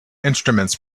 instruments